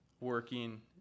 working